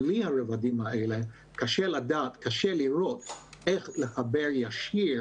בלי הרבדים האלה קשה לראות לחבר חיבור ישיר